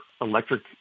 electric